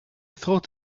thought